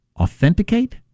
authenticate